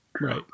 Right